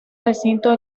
recinto